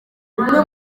bimwe